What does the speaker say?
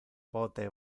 pote